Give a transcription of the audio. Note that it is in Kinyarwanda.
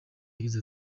yagize